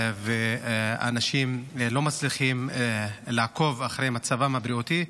ואנשים לא מצליחים לעקוב אחרי מצבם הבריאותי.